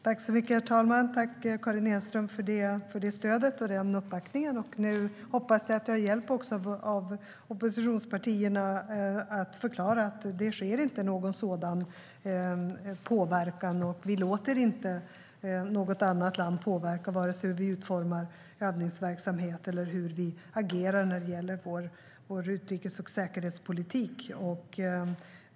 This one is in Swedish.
Herr talman! Tack, Karin Enström, för det stödet och den uppbackningen! Nu hoppas jag att jag har hjälp av oppositionspartierna med att förklara att det inte sker någon sådan påverkan. Vi låter inte något annat land påverka vare sig hur vi utformar övningsverksamhet eller hur vi agerar när det gäller vår utrikes och säkerhetspolitik.